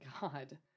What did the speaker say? God